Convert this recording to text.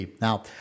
Now